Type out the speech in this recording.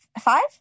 five